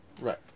Right